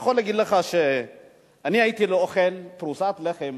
אני יכול להגיד לך שאני הייתי אוכל פרוסת לחם